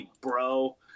bro